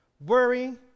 Worry